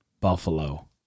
Buffalo